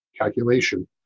calculation